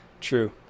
True